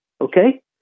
Okay